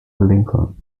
lincoln